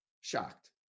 Shocked